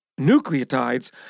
nucleotides